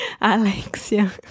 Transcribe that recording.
Alexia